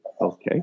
Okay